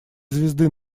звезды